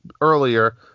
earlier